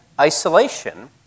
isolation